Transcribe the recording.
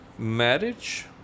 Marriage